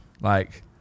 like-